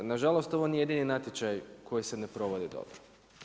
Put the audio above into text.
Nažalost ovo nije jedini natječaj koji se ne provodi dobro.